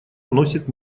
носит